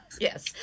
yes